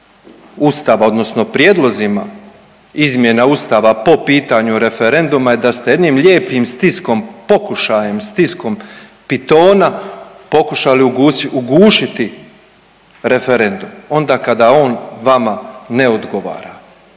Ustava odnosno prijedlozima Ustava po pitanju referenduma da ste jednim lijepim stiskom, pokušajem stiskom pitona pokušali ugušiti referendum onda kada on vama ne odgovara.